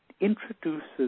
introduces